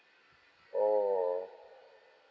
oh